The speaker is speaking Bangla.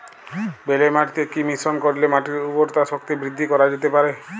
বেলে মাটিতে কি মিশ্রণ করিলে মাটির উর্বরতা শক্তি বৃদ্ধি করা যেতে পারে?